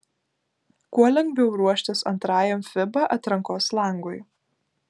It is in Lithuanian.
kuo lengviau ruoštis antrajam fiba atrankos langui